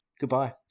Goodbye